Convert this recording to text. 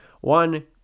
one